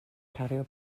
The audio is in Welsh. cario